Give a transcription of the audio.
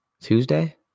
Tuesday